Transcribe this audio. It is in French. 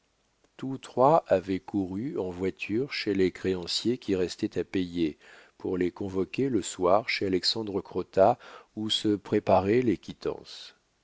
tous trois avaient couru en voiture chez les créanciers qui restaient à payer pour les convoquer le soir chez alexandre crottat où se préparaient les quittances